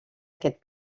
aquest